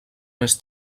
més